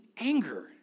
anger